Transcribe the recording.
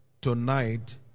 tonight